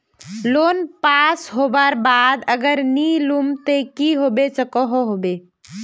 Loan pass होबार बाद अगर नी लुम ते की होबे सकोहो होबे?